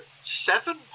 seven